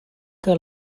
que